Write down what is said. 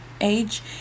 age